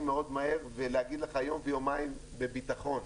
מאוד מהר ולהגיד לך יום-יומיים בבטחון,